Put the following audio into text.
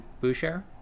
Boucher